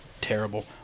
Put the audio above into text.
terrible